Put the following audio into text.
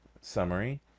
summary